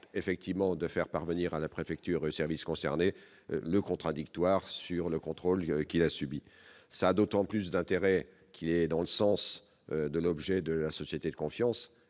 effectivement de faire parvenir à la préfecture, services concernés : le contradictoire sur le contrôle qu'il a subi ça d'autant plus d'intérêt qui est dans le sens de l'objet de la société de confiance